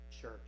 church